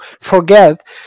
forget